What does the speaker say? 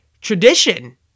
tradition